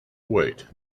wait